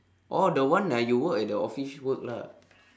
oh the one ah you work at the office work lah